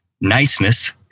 Niceness